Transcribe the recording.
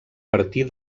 partir